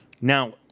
Now